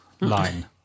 line